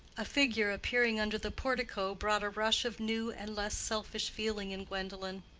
a figure appearing under the portico brought a rush of new and less selfish feeling in gwendolen,